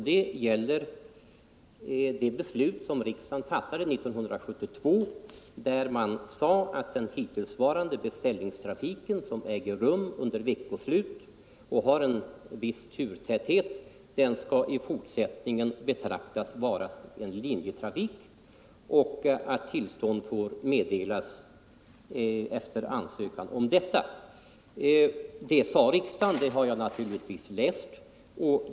Det gäller det beslut som riksdagen fattade 1972 och i vilket det sades att den dittillsvarande beställningstrafiken, som äger rum under veckosluten och som har en viss turtäthet, i fortsättningen skulle betraktas som linjetrafik. Tillstånd för denna trafik skall meddelas efter ansökan. Det sade riksdagen, och det har jag naturligtvis läst.